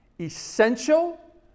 essential